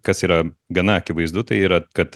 kas yra gana akivaizdu tai yra kad